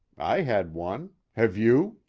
i had one. have you?